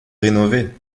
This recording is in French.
rénovées